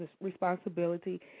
responsibility